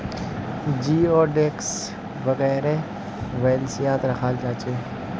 जिओडेक्स वगैरह बेल्वियात राखाल गहिये